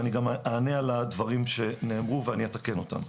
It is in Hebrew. ואני גם אענה על הדברים שנאמרו ואני אתקן אותם.